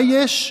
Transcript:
מה יש?